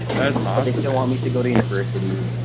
that's obviously want me to go to university and